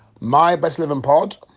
mybestlivingpod